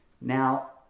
Now